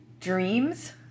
Dreams